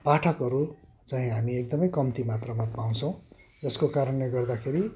पाठकहरू चाहिँ हामी एकदमै कम्ती मात्रामा पाउछौँ जसको कारणले गर्दाखेरि